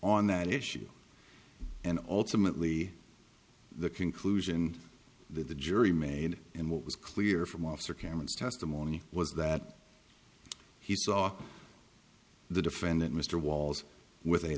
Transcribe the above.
on that issue and ultimately the conclusion that the jury made and what was clear from officer cameron's testimony was that he saw the defendant mr wallace with a